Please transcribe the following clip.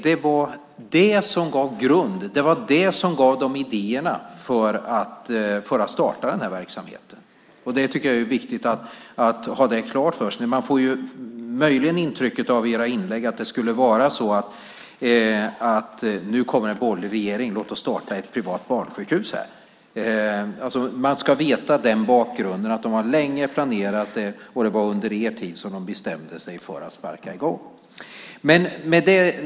Det var det som gav dem grunden och idéerna att starta den här verksamheten. Jag tycker att det är viktigt att ha det klart för sig. Man får möjligen intrycket av era inlägg att det skulle vara så här: Nu kommer det en borgerlig regering så låt oss starta ett privat barnsjukhus! Man bör då känna till bakgrunden, att de hade planerat det länge och att det var under er tid som de bestämde sig för att sparka i gång.